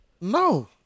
No